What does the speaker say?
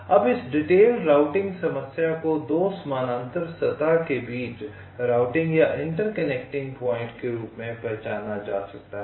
अब इस detail routing समस्या को 2 समानांतर सतह के बीच रूटिंग या इंटरकनेक्टिंग पॉइंट के रूप में पहचाना जा सकता है